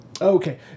Okay